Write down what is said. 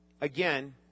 again